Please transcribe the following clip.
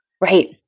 Right